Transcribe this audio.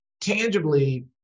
Tangibly